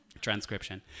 transcription